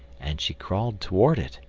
and she crawled toward it,